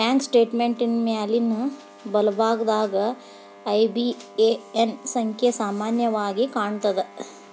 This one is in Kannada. ಬ್ಯಾಂಕ್ ಸ್ಟೇಟ್ಮೆಂಟಿನ್ ಮ್ಯಾಲಿನ್ ಬಲಭಾಗದಾಗ ಐ.ಬಿ.ಎ.ಎನ್ ಸಂಖ್ಯಾ ಸಾಮಾನ್ಯವಾಗಿ ಕಾಣ್ತದ